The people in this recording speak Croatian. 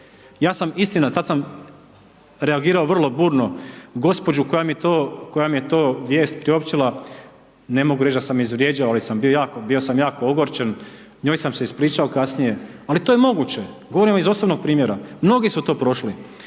Ja sam istina, tad sam reagirao vrlo burno, gospođu koja mi je to, koja mi je to vijest priopćila ne mogu reć da sam izvrijeđao ali sam bio, bio sam jako ogorčen, njoj sam se ispričao kasnije, ali to je moguće, govorim vam iz osobnog primjera, mnogi su to prošli